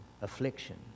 affliction